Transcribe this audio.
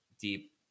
deep